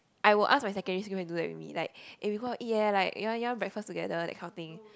I will ask my secondary school mates to do that with me like eh we go out eat eh you want you want to breakfast together that kind of thing